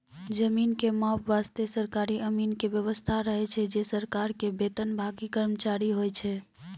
जमीन के माप वास्तॅ सरकारी अमीन के व्यवस्था रहै छै जे सरकार के वेतनभागी कर्मचारी होय छै